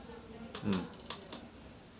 mm